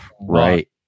right